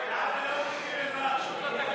(קורא בשם חבר הכנסת)